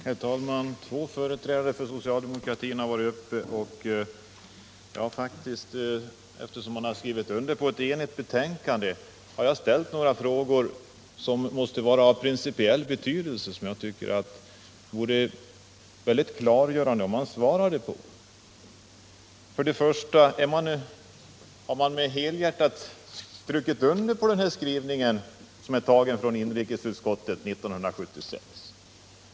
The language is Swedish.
Herr talman! Två företrädare för socialdemokratin har varit uppe i denna debatt. Jag har, eftersom man i utskottet skrivit under ett enhälligt betänkande, ställt några frågor av principiell betydelse. Jag tycker att det skulle vara mycket klargörande att få svar på dessa. Har man för det första helhjärtat godtagit inrikesutskottets skrivning från 1976?